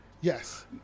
yes